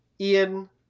Ian